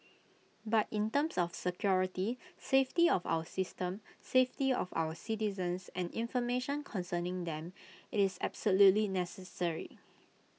but in terms of security safety of our system safety of our citizens and information concerning them IT is absolutely necessary